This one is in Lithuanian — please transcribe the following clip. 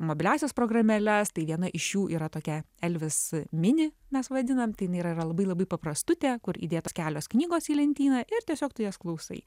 mobiliąsias programėles tai viena iš jų yra tokia elvis mini mes vadinam tai jinai yra labai labai paprastutė kur įdėtos kelios knygos į lentyną ir tiesiog tu jas klausai